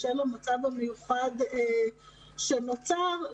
בשל המצב המיוחד שנוצר,